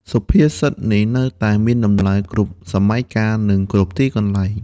សុភាសិតនេះនៅតែមានតម្លៃគ្រប់សម័យកាល និងគ្រប់ទីកន្លែង។